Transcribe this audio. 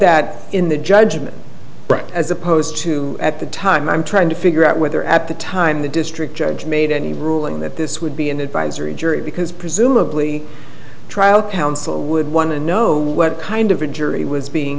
that in the judgment as opposed to at the time i'm trying to figure out whether at the time the district judge made any ruling that this would be an advisory jury because presumably trial counsel would want to know what kind of a jury was being